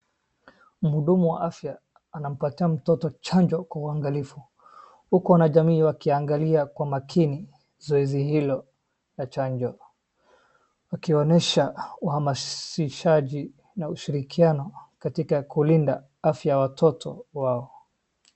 Mhudumu wa afya anampatia mtoto chanjo kwa uangalifu huku wanajamiii wakiangalia kwa umakini zoezi hilo la chanjo. Wakionesha uhamashishaji na ushirikiano katika kulinda afya ya watoto wao.